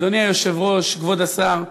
אדוני היושב-ראש, כבוד השר,